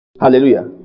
Hallelujah